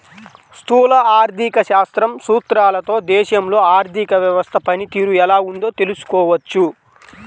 స్థూల ఆర్థిక శాస్త్రం సూత్రాలతో దేశంలో ఆర్థిక వ్యవస్థ పనితీరు ఎలా ఉందో తెలుసుకోవచ్చు